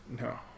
No